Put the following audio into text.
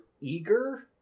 eager